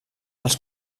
els